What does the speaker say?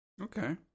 Okay